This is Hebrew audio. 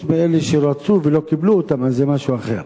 חוץ מאלה שרצו ולא קיבלו אותם, אז זה משהו אחר.